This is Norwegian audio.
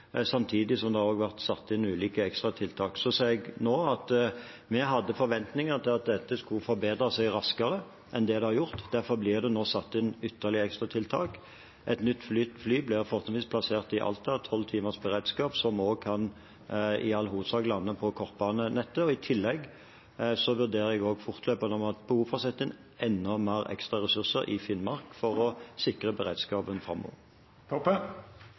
samtidig som det også har vært satt inn ulike ekstratiltak. Så sa jeg at vi hadde forventninger til at dette skulle forbedre seg raskere enn det har gjort. Derfor blir det nå satt inn ytterligere ekstratiltak. Et nytt fly blir fortrinnsvis plassert i Alta, med tolv timers beredskap, som også i all hovedsak kan lande på kortbanenettet. I tillegg vurderer jeg fortløpende om det er behov for å sette inn enda mer ekstraressurser i Finnmark for å sikre beredskapen framover. Kjersti Toppe